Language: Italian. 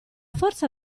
forza